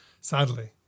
sadly